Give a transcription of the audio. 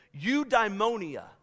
eudaimonia